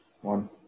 one